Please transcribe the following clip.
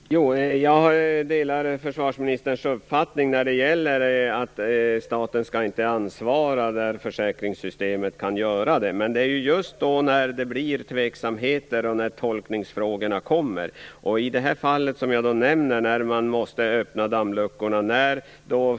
Fru talman! Jag delar försvarsministerns uppfattning att staten inte skall ansvara när försäkringssystemet kan göra det. Men det är vid tveksamheter, då tolkningsfrågor uppstår, som det kan bli aktuellt. I det fall jag nämnde var man tvungen att öppna dammluckorna.